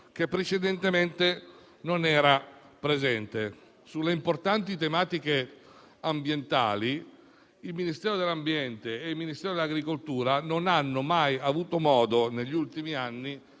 che precedentemente non era presente. Sulle importanti tematiche ambientali, il Ministero dell'ambiente e il Ministero dell'agricoltura non hanno mai avuto modo, negli ultimi anni,